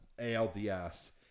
ALDS